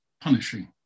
punishing